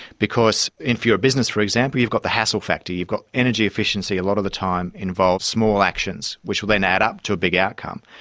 because if you're a business, for example, you've got the hassle factor you've got energy efficiency a lot of the time involves small actions which will then add up to a big outcome.